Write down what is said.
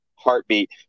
heartbeat